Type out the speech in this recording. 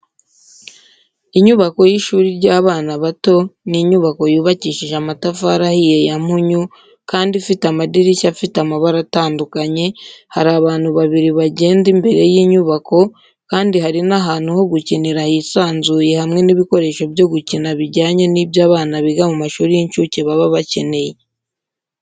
Inyubako y’ishuri ry’abana bato ni iinyubako yubakishije amatafari ahiye ya mpunyu kandi ifite amadirishya afite amabara atandukanye, hari abantu babiri bagenda imbere y’inyubako, kandi hari n'ahantu ho gukinira hisanzuye hamwe n'ibikoresho byo gukina bijyanye n'ibyo abana biga mu mashuri y'incuke baba bakeneye.